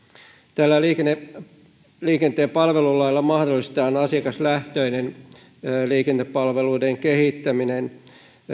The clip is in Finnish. tällä liikenteen palvelulailla mahdollistetaan asiakaslähtöinen liikennepalveluiden kehittäminen